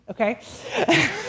Okay